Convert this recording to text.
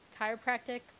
chiropractic